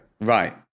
right